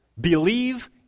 believe